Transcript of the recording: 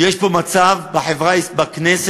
יש פה מצב בכנסת,